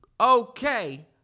Okay